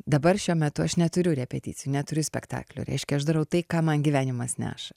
dabar šiuo metu aš neturiu repeticijų neturiu spektaklio reiškia aš darau tai ką man gyvenimas neša